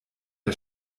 der